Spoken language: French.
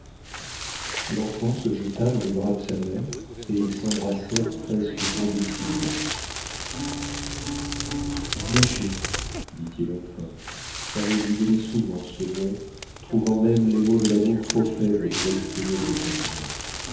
l'enfant se jeta dans les bras de sa mère et ils s'embrassèrent presque convulsivement ma chérie dit-il enfin car il lui donnait souvent ce nom trouvant même les mots de l'amour trop faibles pour exprimer ses sentiments